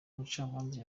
umucamanza